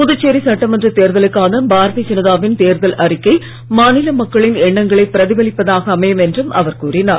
புதுச்சேரி சட்டமன்ற தேர்தலுக்கான பாரதீய ஜனதாவின் தேர்தல் அறிக்கை மாநில மக்களின் எண்ணங்களை பிரதிபலிப்பதாக அமையும் என்றும் அவர் கூறினார்